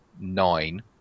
nine